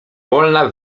wolna